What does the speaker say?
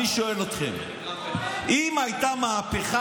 אני שואל אתכם: אם הייתה מהפכה,